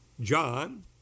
John